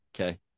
Okay